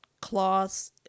cloths